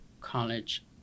college